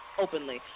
openly